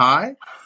hi